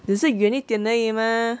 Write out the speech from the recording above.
只是远一点而已 mah